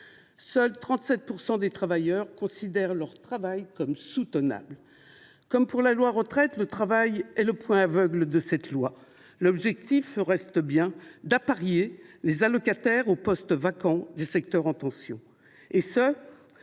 Seuls 37 % des travailleurs considèrent leur travail comme soutenable. Comme pour la réforme des retraites, le travail est le point aveugle de cette loi. L’objectif reste bien d’apparier les allocataires aux postes vacants des secteurs en tension, et ce